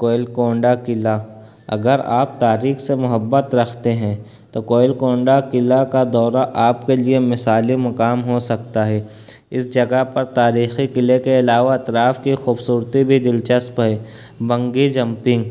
گولکنڈہ قلعہ اگر آپ تاریخ سے محبت رکھتے ہیں تو گولکنڈہ قلعہ کا دورہ آپ کے لیے مثالی مقام ہو سکتا ہے اس جگہ پر تاریخی قلعے کے علاوہ اطراف کی خوبصورتی بھی دلچسپ ہے بنگی جمپنگ